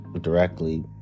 directly